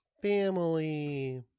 family